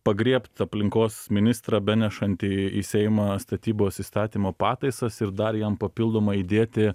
pagriebt aplinkos ministrą benešantį į seimą statybos įstatymo pataisas ir dar jam papildomai įdėti